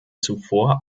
zuvor